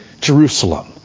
Jerusalem